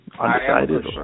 undecided